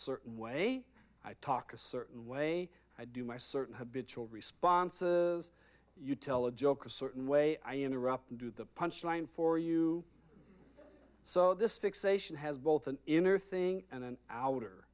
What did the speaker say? certain way i talk a certain way i do my certain habitual responses you tell a joke a certain way i interrupt and do the punchline for you so this fixation has both an inner thing and an ou